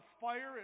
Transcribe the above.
fire